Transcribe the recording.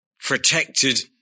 protected